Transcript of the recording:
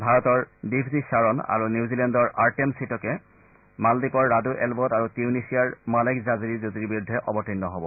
ভাৰতৰ দীভজি চাৰন আৰু নিউজিলেণ্ডৰ আৰ্টেম চিটকে মালদ্বীপৰ ৰাড়ু এলবট আৰু টিউনিছিয়াৰ মালেক জাজিৰি যুটীৰ বিৰুদ্ধে অৱতীৰ্ণ হ'ব